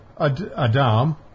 Adam